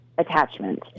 Attachment